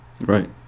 Right